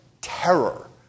terror